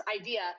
idea